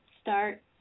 Start